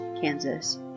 Kansas